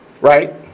Right